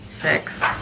Six